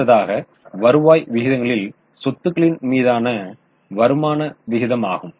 அடுத்ததாக வருவாய் விகிதங்களில் சொத்துக்களின் மீதான வருமான விகிதமாகும்